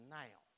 now